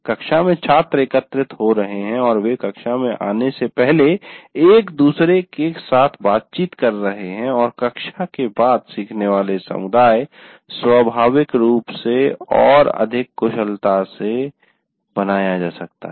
कक्षा में छात्र एकत्रित हो रहे हैं और वे कक्षा में आने से पहले एक दूसरे के साथ बातचीत कर रहे हैं और कक्षा के बाद सीखने वाले समुदाय स्वाभाविक रूप से और अधिक कुशलता से बनाया जा सकता है